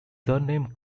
surname